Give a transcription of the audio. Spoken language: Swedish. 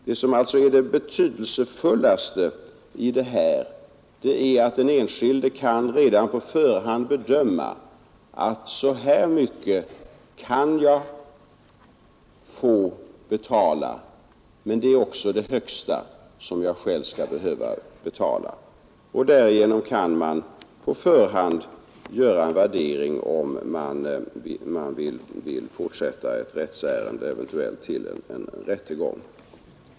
Det som alltså är det väsentligaste i detta är att den enskilde redan på förhand kan bedöma att så här mycket kan jag få betala, men det är också det högsta som jag själv skall behöva betala. Därigenom kan man på förhand göra en värdering om man vill fortsätta ett rättsärende eventuellt till en rättegång.